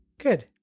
Good